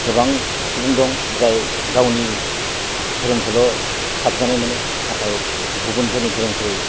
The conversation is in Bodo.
गोबां सुबुं दं जाय गावनि धोरोमखौल' साबजानाय मोनो नाथाय गुबुनफोरनि धोरोमखौ